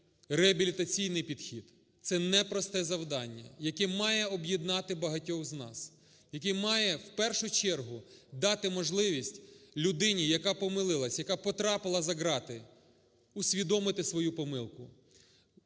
реабілітаційний підхід. Це непросте завдання, яке має об'єднати багатьох з нас, яке має в першу чергу дати можливість людині, яка помилилась, яка потрапила за ґрати, усвідомити свою помилку,